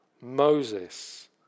Moses